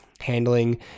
handling